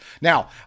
Now